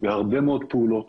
ובהרבה מאוד פעולות.